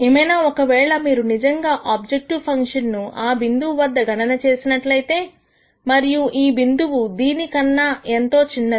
ఏమైనా ఒకవేళ మీరు నిజంగానే ఆబ్జెక్టివ్ ఫంక్షన్ ను ఆ బిందువు వద్ద గణన చేసినట్లయితే మరియు ఈ బిందువు దీని కన్నా ఎంతో చిన్నది